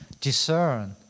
discern